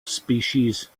species